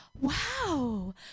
wow